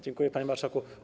Dziękuję, panie marszałku.